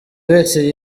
wese